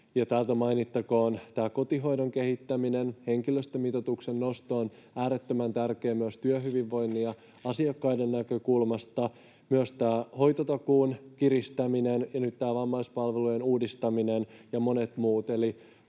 täältä kotihoidon kehittäminen, henkilöstömitoituksen nosto — se on äärettömän tärkeää myös työhyvinvoinnin ja asiakkaiden näkökulmasta — ja on myös tämä hoitotakuun kiristäminen ja nyt tämä vammaispalvelujen uudistaminen ja monet muut.